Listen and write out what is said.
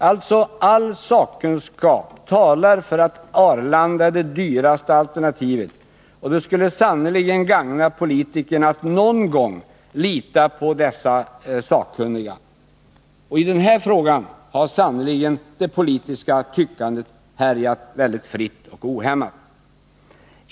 All sakkunskap talar alltså för att Arlanda är det dyraste alternativet. Och det skulle sannerligen gagna politikerna att någon gång lita på de sakkunniga. I den här frågan har det politiska tyckandet fått härja väldigt fritt och ohämmat.